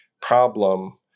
problem